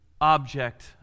object